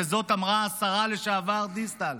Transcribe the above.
את זה אמרה השרה לשעבר דיסטל,